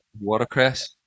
watercress